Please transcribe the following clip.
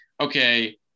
okay